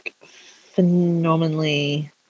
phenomenally